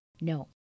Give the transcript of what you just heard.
No